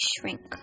shrink